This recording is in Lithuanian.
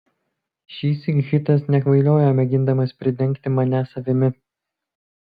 šįsyk hitas nekvailiojo mėgindamas pridengti mane savimi